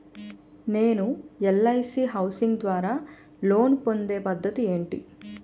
నేను LIC housing ద్వారా loan పొందే పద్ధతి ఏంటి?